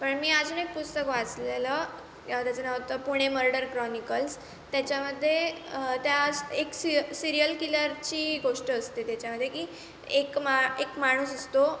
पण मी अजून एक पुस्तक वाचलेलं तेव्हा त्याचं नाव होतं पुणे मर्डर क्रोनिकल्स त्याच्यामध्ये त्यास एक सि सिरियल किलरची गोष्ट असते त्याच्यामध्ये की एक मा एक माणूस असतो